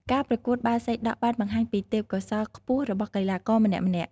ការប្រកួតបាល់សីដក់បានបង្ហាញពីទេពកោសល្យខ្ពស់របស់កីឡាករម្នាក់ៗ។